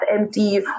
empty